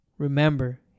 Remember